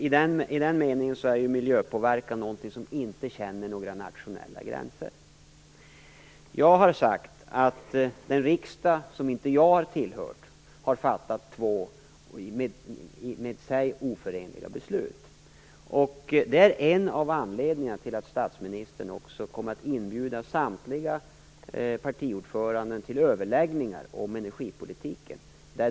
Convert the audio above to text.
I den meningen är miljöpåverkan något som inte känner några nationella gränser. Jag har sagt att en riksdag som inte jag tillhört har fattat två oförenliga beslut. Det är en av anledningarna till att statsministern kommer att inbjuda samtliga partiordförande till överläggningar om energipolitiken.